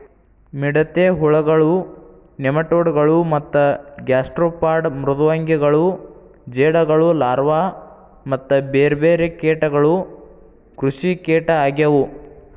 ಮಿಡತೆ ಹುಳಗಳು, ನೆಮಟೋಡ್ ಗಳು ಮತ್ತ ಗ್ಯಾಸ್ಟ್ರೋಪಾಡ್ ಮೃದ್ವಂಗಿಗಳು ಜೇಡಗಳು ಲಾರ್ವಾ ಮತ್ತ ಬೇರ್ಬೇರೆ ಕೇಟಗಳು ಕೃಷಿಕೇಟ ಆಗ್ಯವು